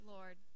Lord